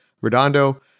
redondo